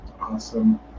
Awesome